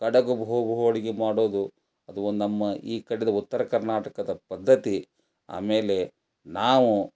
ಕಡುಬು ಹೋಳಿಗೆ ಮಾಡೋದು ಅದು ಒಂದು ನಮ್ಮ ಈ ಕಡೆದು ಉತ್ತರ ಕರ್ನಾಟಕದ ಪದ್ಧತಿ ಆಮೇಲೆ ನಾವು